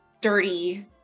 dirty